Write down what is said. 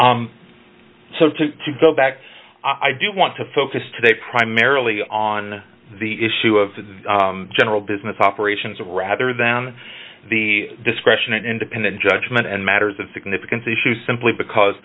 to to go back i do want to focus today primarily on the issue of the general business operations of rather than the discretion an independent judgment and matters of significance issue simply because